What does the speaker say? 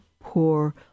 poor